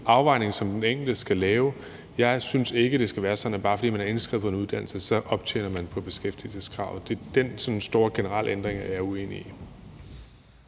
afvejning, som den enkelte skal lave. Jeg synes ikke, det skal være sådan, at bare fordi man er indskrevet på en uddannelse, optjener man i forhold til beskæftigelseskravet. Dén store generelle ændring er jeg uenig i.